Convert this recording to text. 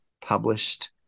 published